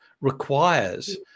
requires